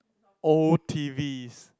old T_Vs